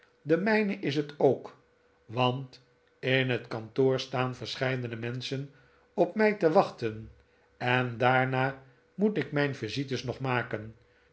de mijne is het ook want in het kantoor staan verscheidene menschen op mij te wachten en daarna moet ik mijn visites nog maken